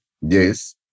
Yes